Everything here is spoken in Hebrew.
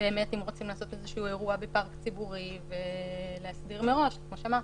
אם הם רוצים לעשות איזשהו אירוע בפארק ציבורי ולהסביר מראש.